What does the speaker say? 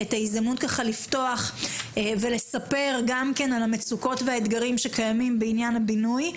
הזדמנות לפתוח ולספר על המצוקות ועל האתגרים שקיימים בעניין הבינוי,